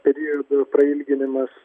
periodo prailginimas